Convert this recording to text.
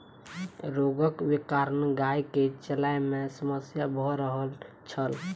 रोगक कारण गाय के चलै में समस्या भ रहल छल